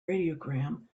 radiogram